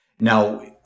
Now